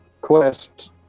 quest